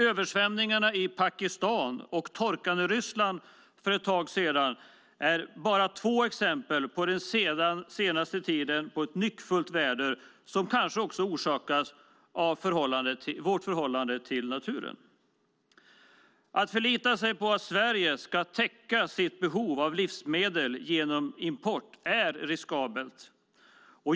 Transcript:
Översvämningarna i Pakistan och torkan i Ryssland för ett tag sedan är bara två exempel den senaste tiden på ett nyckfullt väder som kanske orsakats av vårt förhållande till naturen. Att förlita sig på att Sverige ska täcka sitt behov av livsmedel genom import är riskabelt.